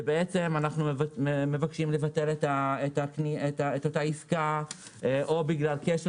שאנחנו מבקשים לבטל את אותה עסקה או בגלל כשל